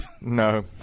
No